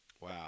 wow